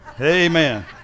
Amen